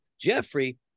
Jeffrey